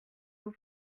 vous